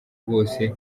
bose